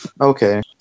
okay